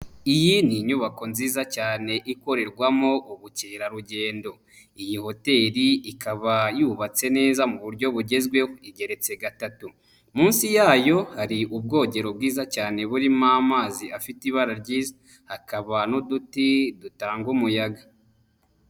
Iyi ni inyubako nziza cyane ikorerwamo ubukerarugendo, iyi hotel ikaba yubatse neza mu buryo bugezweho igeretse gatatu, munsi yayo hari ubwogero bwiza cyane burimo amazi afite ibara ryiyiza hakaba n'uduti dutanga umuyaga.